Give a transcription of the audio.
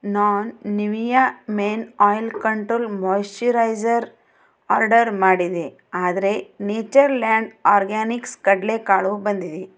ನಾನು Nivea men oil control moisturiser order ಮಾಡಿದೆ ಆದರೆ ನೇಚರ್ ಲ್ಯಾಂಡ್ ಆರ್ಗ್ಯಾನಿಕ್ಸ್ ಕಡಲೆಕಾಳು ಬಂದಿದೆ